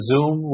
Zoom